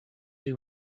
who